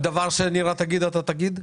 כל דבר שנירה תגיד אתה תגיד?